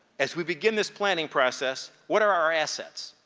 as we begin this planning process what are our assets?